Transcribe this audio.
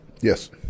Yes